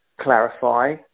clarify